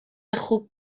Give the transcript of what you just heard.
خوب